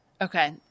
Okay